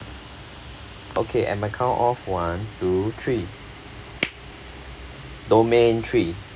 okay at my count of one two three domain three